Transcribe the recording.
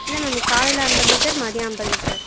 இல்லை மேம் காலையில ஐம்பது லிட்டர் மதியம் ஐம்பது லிட்டர்